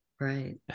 Right